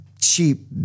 cheap